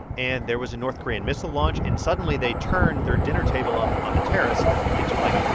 and there was a north korean missile launch. and suddenly, they turned their dinner table on on the terrace into, like,